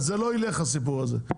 זה לא ילך הסיפור הזה,